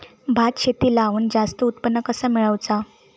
भात शेती लावण जास्त उत्पन्न कसा मेळवचा?